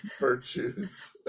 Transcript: virtues